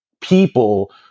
people